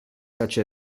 such